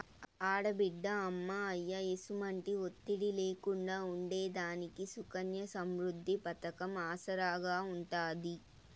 ఆడబిడ్డ అమ్మా, అయ్య ఎసుమంటి ఒత్తిడి లేకుండా ఉండేదానికి సుకన్య సమృద్ది పతకం ఆసరాగా ఉంటాది